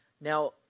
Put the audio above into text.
Now